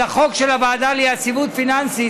על החוק של הוועדה ליציבות פיננסית,